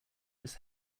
just